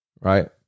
right